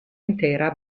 intera